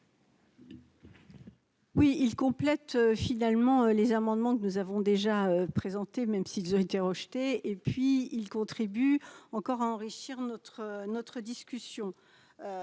Oui, ils complètent, finalement les amendements que nous avons déjà présenté, même s'ils avaient été rejetés et puis il contribue encore à enrichir notre notre discussion